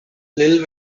lil